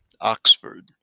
Oxford